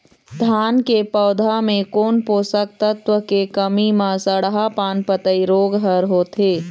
धान के पौधा मे कोन पोषक तत्व के कमी म सड़हा पान पतई रोग हर होथे?